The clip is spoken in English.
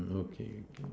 okay okay